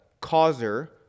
causer